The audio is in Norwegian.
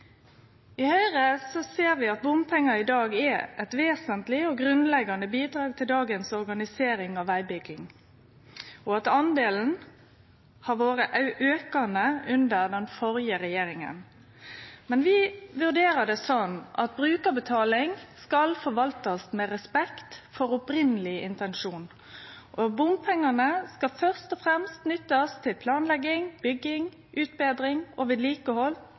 I Høgre ser vi at bompengar i dag er eit vesentleg og grunnleggjande bidrag til dagens organisering av vegbygging, og at den delen var aukande under den førre regjeringa. Men vi vurderer det slik at brukarbetaling skal forvaltast med respekt for opphavleg intensjon. Bompengane skal først og fremst nyttast til planlegging, bygging, utbetring, vedlikehald og